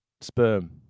sperm